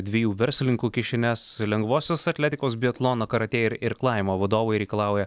dviejų verslininkų kišenes lengvosios atletikos biatlono karatė ir irklavimo vadovai reikalauja